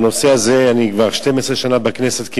אני כבר 12 שנה בכנסת.